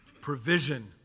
Provision